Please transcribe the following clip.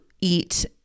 eat